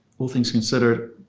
all things considered,